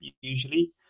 usually